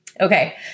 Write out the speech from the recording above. Okay